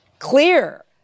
clear